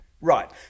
Right